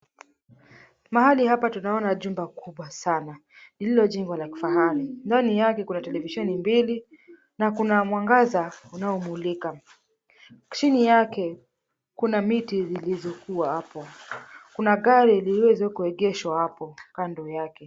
Mahali hapa tunaona jumba kubwa sana lililojengwa kwa kifahari ndani yake kuna televisheni mbili na kuna mwangaza unao mulika kando yake kuna miti zilizokuwa hapo, kuna gari lililoweza kuegeshwa hapo kando yake.